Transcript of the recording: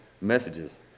messages